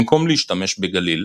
במקום להשתמש בגליל,